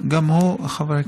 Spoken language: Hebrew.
הוא חבר הכנסת.)